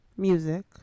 Music